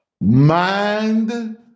Mind